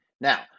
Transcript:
Now